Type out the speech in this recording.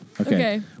Okay